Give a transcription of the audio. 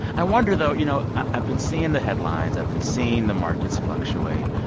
i wonder, though, you know? i've been seeing the headlines. i've been seeing the markets fluctuate.